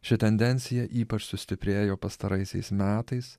ši tendencija ypač sustiprėjo pastaraisiais metais